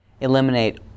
eliminate